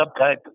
subtype